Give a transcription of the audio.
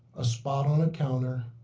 a spot on a counter,